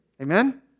Amen